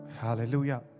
Hallelujah